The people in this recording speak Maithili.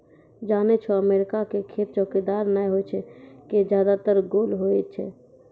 जानै छौ अमेरिका के खेत चौकोर नाय होय कॅ ज्यादातर गोल होय छै